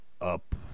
up